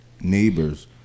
neighbors